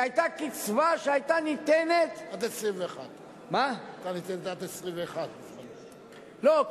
שהיתה ניתנת, עד 21. היתה ניתנת עד 21. לא.